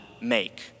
make